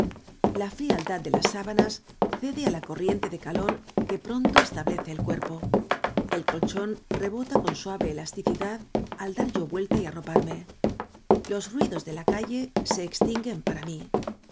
la frialdad de las sábanas cede á la corriente de calor que pronto establece el cuerpo el colchón rebota con suave elasticidad al dar y o vuelta y arroparme los ruidos de la calle se extinguen para mí